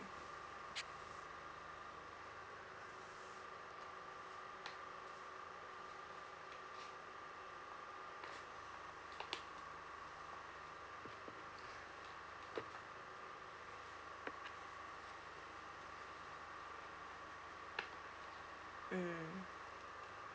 mm